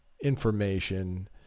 information